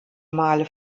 male